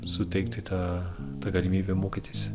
suteiktą tą tą galimybę mokytis